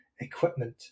equipment